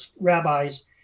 rabbis